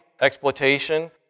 exploitation